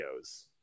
videos